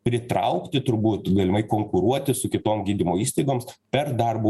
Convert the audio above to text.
pritraukti turbūt galimai konkuruoti su kitom gydymo įstaigoms per darbų